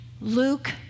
Luke